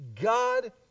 God